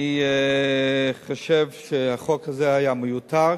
אני חושב שהחוק הזה מיותר.